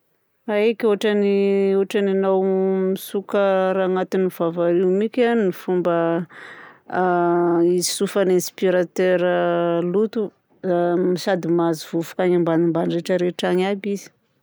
Aiky, ohatran'ny ohatran'ny anao mitsoka raha agnatin'ny vava io miky a ny fomba a hitsofan'ny aspiratera loto a sady mahazo vovoka any ambanimbany rehetra rehetra any aby izy.